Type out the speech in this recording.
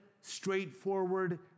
straightforward